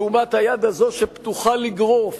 לעומת היד הזאת שפתוחה לגרוף,